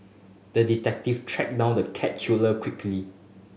the detective tracked down the cat killer quickly